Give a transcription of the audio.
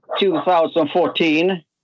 2014